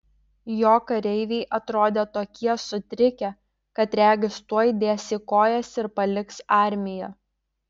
jo kareiviai atrodė tokie sutrikę kad regis tuoj dės į kojas ir paliks armiją